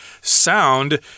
sound